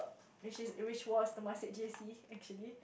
which was Temasek J_C